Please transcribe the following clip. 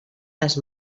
les